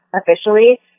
officially